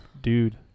Dude